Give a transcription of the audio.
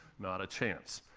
not a chance.